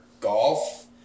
golf